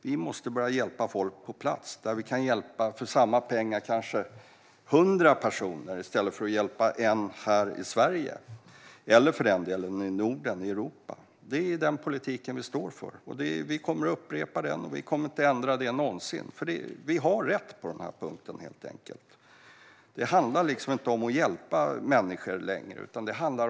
Vi måste börja hjälpa folk på plats, där vi för samma summa pengar kan hjälpa kanske hundra personer i stället för att hjälpa en här i Sverige - eller för den delen i Norden eller i Europa. Det är den politik vi står för, och vi kommer att upprepa den. Vi kommer inte att ändra den någonsin, för vi har rätt på den punkten. Det handlar inte längre om att hjälpa människor.